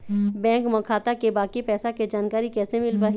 Bank म खाता के बाकी पैसा के जानकारी कैसे मिल पाही?